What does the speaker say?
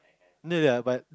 ya but